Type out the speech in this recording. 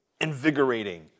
invigorating